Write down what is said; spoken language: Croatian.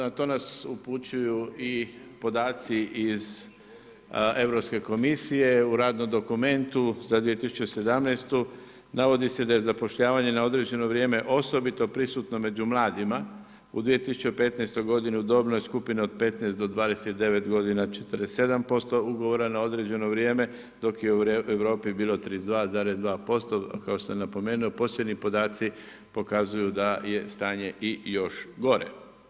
Na to nas upućuju i podaci iz Europske komisije, u radnom dokumentu za 2017. navodi se da je zapošljavanje na određeno vrijeme osobito prisutno među mladima u 2015. godini u dobnoj skupino od 15 do 29 godina 47% ugovora na određeno vrijeme, dok je u Europi bilo 32,2%, kao što sam napomenuo posljednji podaci pokazuju da je stanje i još gore.